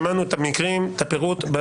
יש את שאלת הארבעה, שמענו את המקרים, את הפירוט.